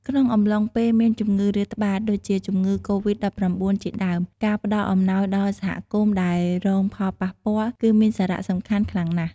ក្នុងអំឡុងពេលមានជំងឺរាតត្បាត ដូចជាជំងឺកូវីដ-១៩ ជាដើម ការផ្តល់អំណោយដល់សហគមន៍ដែលរងផលប៉ះពាល់ គឺមានសារៈសំខាន់ខ្លាំងណាស់។